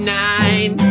nine